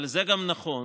אבל זה גם נכון